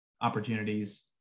opportunities